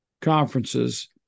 conferences